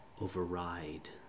override